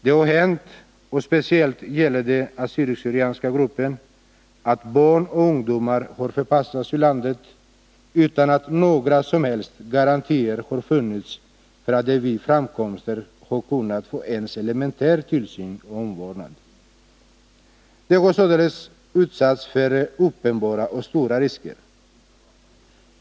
Det har hänt, och det gäller speciellt den assyrisk/syrianska gruppen, att barn och ungdomar har förpassats ur landet, utan att några som helst garantier har funnits för att de vid framkomsten har kunnat få ens elementär tillsyn och omvårdnad. De har således utsatts för uppenbara och stora risker.